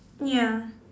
ya